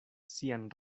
sian